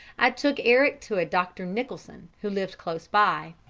i took eric to a dr. nicholson, who lived close by.